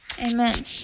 Amen